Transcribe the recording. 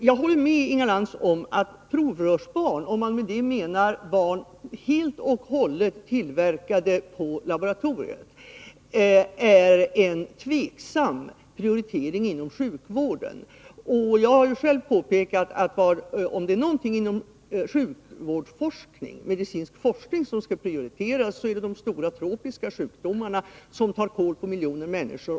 Jag håller med Inga Lantz om att provrörsbarn, om man med det menar barn helt och hållet tillverkade i laboratorier, är en tvivelaktig prioritering inom sjukvården. Jag har själv påpekat att om det är någonting inom medicinsk forskning som skall prioriteras, är det de stora tropiska sjukdomarna, som tar kål på miljoner människor.